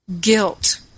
guilt